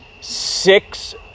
six